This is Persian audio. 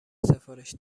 سفارش